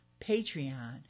patreon